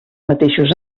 mateixos